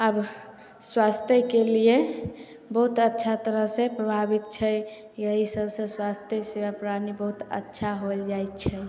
आब स्वास्थ्यके लिए बहुत अच्छा तरह से प्रभाबित छै यही सब से स्वस्थय सेबा प्रणाली बहुत अच्छा होल जाइ छै